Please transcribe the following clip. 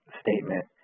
statement